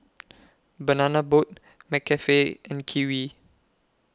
Banana Boat McCafe and Kiwi